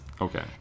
okay